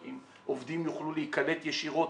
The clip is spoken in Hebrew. כי אם עובדים יוכלו להיקלט ישירות,